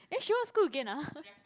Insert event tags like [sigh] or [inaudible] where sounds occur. eh she what school again ah [laughs]